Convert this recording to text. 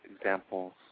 examples